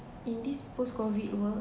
in this post COVID world